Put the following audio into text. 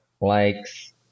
likes